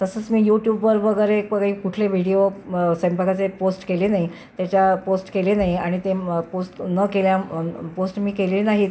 तसंच मी यूट्यूबवर वगैरे वगै कुठले व्हिडियो सैंपाकाचे पोस्ट केले नाही त्याच्या पोस्ट केले नाही आणि ते पोस्ट न केल्या पोस्ट मी केले नाहीत